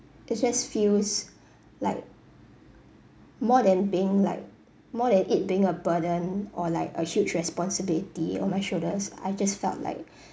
it just feels like more than being like more than it being a burden or like a huge responsibility on my shoulders I just felt like